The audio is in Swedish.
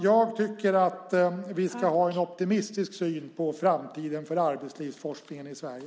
Jag tycker att vi ska ha en optimistisk syn på framtiden för arbetslivsforskningen i Sverige.